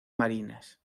marinas